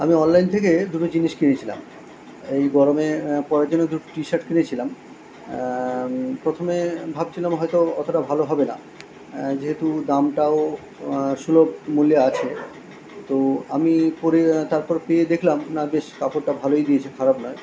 আমি অনলাইন থেকে দুটো জিনিস কিনেছিলাম এই গরমে পরার জন্য দুটো টি শার্ট কিনেছিলাম প্রথমে ভাবছিলাম হয়তো অতোটা ভালো হবে না যেহেতু দামটাও সুলভ মূল্যে আছে তো আমি পরে তারপর পেয়ে দেখলাম না বেশ কাপড়টা ভালোই দিয়েছে খারাপ নয়